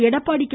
Edappadi K